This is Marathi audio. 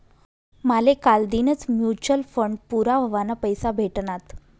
माले कालदीनच म्यूचल फंड पूरा व्हवाना पैसा भेटनात